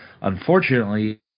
unfortunately